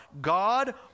God